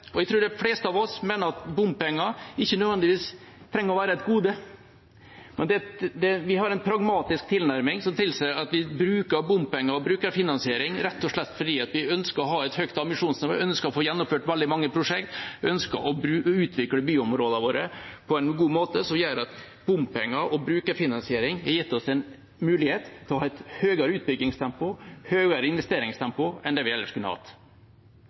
Jeg tror de fleste av oss mener at bompenger ikke nødvendigvis er et gode, men vi har en pragmatisk tilnærming som tilsier at vi bruker bompenger og brukerfinansiering rett og slett fordi vi ønsker å ha et høyt ambisjonsnivå, ønsker å få gjennomført veldig mange prosjekt og ønsker å utvikle byområdene våre på en god måte. Bompenger og brukerfinansiering har gitt oss mulighet til å ha et høyere utbyggingstempo og investeringstempo enn det vi ellers kunne hatt.